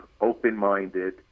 open-minded